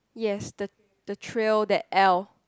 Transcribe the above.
yes the the trail that aisle